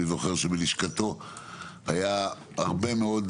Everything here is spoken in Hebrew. אני זוכר שבלשכתו היו הרבה מאוד